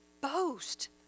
boast